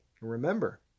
Remember